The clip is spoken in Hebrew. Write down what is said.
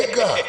רגע.